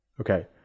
Okay